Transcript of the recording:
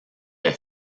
est